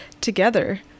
together